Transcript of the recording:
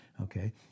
okay